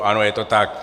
Ano, je to tak.